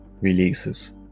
releases